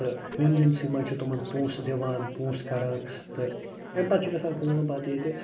تہٕ ہیوٚن دیُنسٕے منٛز چھِ تِمَن پونٛسہٕ دِوان پونٛسہٕ کران تہٕ اَمہِ پتہٕ چھِ گژھان کٲم پتہٕ ییٚتہِ